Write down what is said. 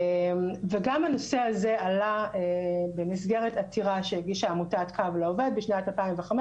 וגם הנושא הזה עלה במסגרת עתירה שהגישה עמותת קו לעובד בשנת 2015,